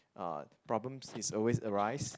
uh problems is always arise